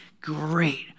great